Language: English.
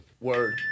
Word